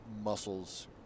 muscles